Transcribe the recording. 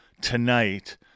tonight